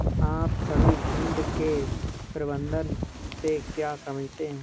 आप सभी झुंड के प्रबंधन से क्या समझते हैं?